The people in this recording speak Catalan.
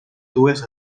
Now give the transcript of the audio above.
dues